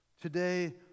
today